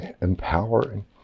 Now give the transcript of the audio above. empowering